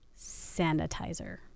sanitizer